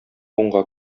уңга